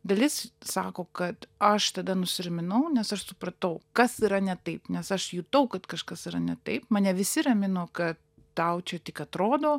dalis sako kad aš tada nusiraminau nes aš supratau kas yra ne taip nes aš jutau kad kažkas yra ne taip mane visi ramino kad tau čia tik atrodo